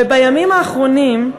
ובימים האחרונים,